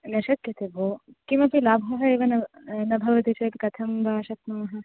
न शक्यते भोः किमपि लाभः एव न न भवति चेत् कथं वा शक्नुमः